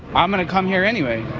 i'm going to come here anyway